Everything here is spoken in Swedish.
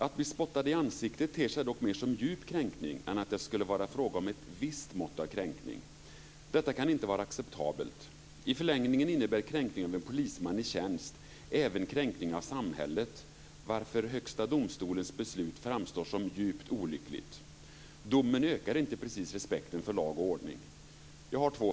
Att bli spottad i ansiktet ter sig dock mer som en djup kränkning än att det skulle vara fråga om ett visst mått av kränkning. Detta kan inte vara acceptabelt. I förlängningen innebär kränkning av polisman i tjänst även kränkning av samhället, varför Högsta domstolens beslut framstår som djupt olyckligt. Domen ökar inte precis respekten för lag och ordning.